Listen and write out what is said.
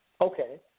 Okay